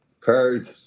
Cards